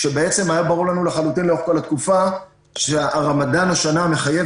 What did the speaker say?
כשבעצם היה ברור לנו לחלוטין לאורך התקופה שהרמדאן השנה מחייב